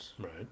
Right